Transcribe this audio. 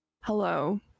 Hello